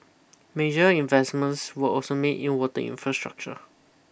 major investments were also made in water infrastructure